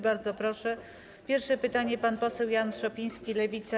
Bardzo proszę, pierwsze pytanie pan poseł Jan Szopiński, Lewica.